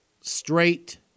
straight